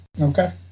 Okay